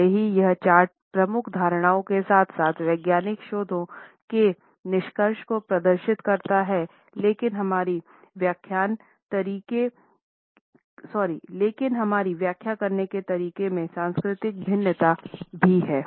भले ही यह चार्ट प्रमुख धारणाओं के साथ साथ वैज्ञानिक शोधों के निष्कर्ष को प्रदर्शित करता है लेकिन हमारी व्याख्या करने के तरीके में सांस्कृतिक भिन्नताएं भी हैं